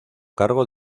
cargo